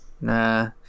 nah